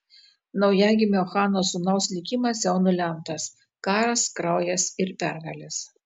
naujagimio chano sūnaus likimas jau nulemtas karas kraujas ir pergalės